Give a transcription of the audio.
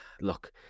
look